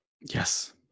Yes